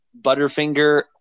Butterfinger